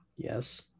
yes